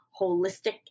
holistic